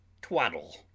twaddle